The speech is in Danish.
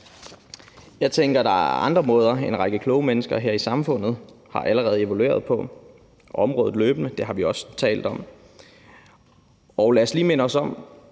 Jeg tænker, at der er andre måder. En række kloge mennesker her i samfundet har allerede evalueret området løbende – det har vi også talt om. Og lad os lige minde